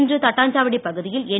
இன்று தட்டாஞ்சாவடி பகுதியில் என்